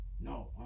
no